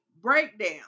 Breakdown